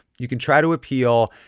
you can try to appeal.